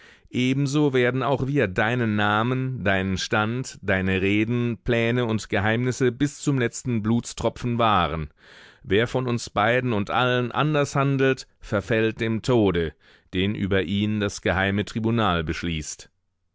ebenso werden auch wir deinen namen deinen stand deine reden pläne und geheimnisse bis zum letzten blutstropfen wahren wer von uns beiden und allen anders handelt verfällt dem tode den über ihn das geheime tribunal beschließt